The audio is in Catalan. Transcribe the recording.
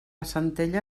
centella